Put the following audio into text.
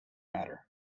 matter